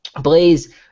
Blaze